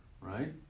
Right